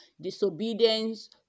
disobedience